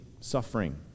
suffering